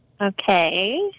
Okay